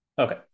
Okay